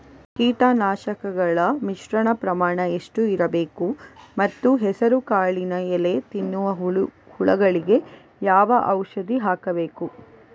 ಕೀಟನಾಶಕಗಳ ಮಿಶ್ರಣ ಪ್ರಮಾಣ ಎಷ್ಟು ಇರಬೇಕು ಮತ್ತು ಹೆಸರುಕಾಳಿನ ಎಲೆ ತಿನ್ನುವ ಹುಳಗಳಿಗೆ ಯಾವ ಔಷಧಿ ಹಾಕಬೇಕು?